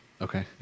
okay